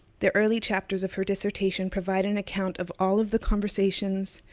the early chapters of her dissertation provide an account of all of the conversations,